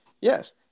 Yes